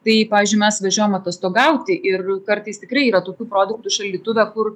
tai pavyzdžiui mes važiuojam atostogauti ir kartais tikrai yra tokių produktų šaldytuve kur